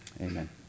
Amen